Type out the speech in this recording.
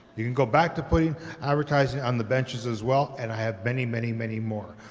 you can go back to putting advertising on the benches as well, and i have many many many more,